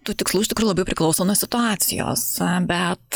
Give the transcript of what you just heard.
tų tikslų iš tikrųjų labai priklauso nuo situacijos bet